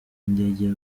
y’indege